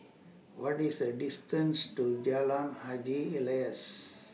What IS The distance to Jalan Haji Alias